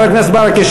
חבר הכנסת ברכה,